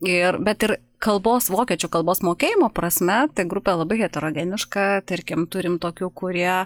ir bet ir kalbos vokiečių kalbos mokėjimo prasme ta grupė labai heterogeniška tarkim turim tokių kurie